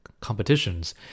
competitions